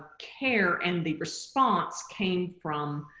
care and the response came from